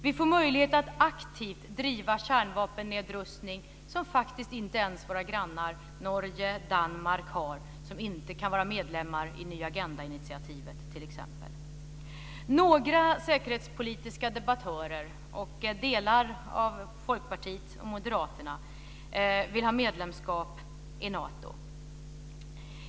Vi får möjlighet att aktivt driva kärnvapennedrustning, något som faktiskt inte ens våra grannar Norge och Danmark har. De kan t.ex. inte vara medlemmar i Ny Agenda-initiativet. Några säkerhetspolitiska debattörer, liksom delar av Folkpartiet och Moderaterna, vill ha medlemskap i Nato.